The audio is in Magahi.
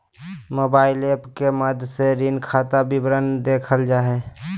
मोबाइल एप्प के माध्यम से ऋण खाता विवरण देखल जा हय